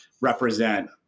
represent